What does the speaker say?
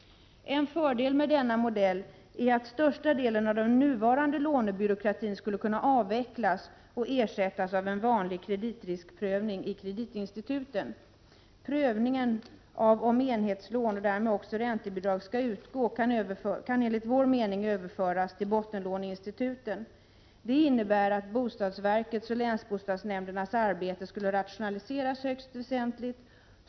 En fördel med denna modell är att största delen av den nuvarande lånebyråkratin skulle kunna avvecklas och ersättas av en vanlig kreditriskprövning i kreditinstituten. Prövningen av om enhetslån — och därmed också räntebidrag — skall utgå kan enligt vår mening överföras till bottenlåneinstituten. Det innebär att bostadsverkets och länsbostadsnämndernas arbete skulle rationaliseras högst väsentligt.